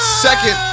Second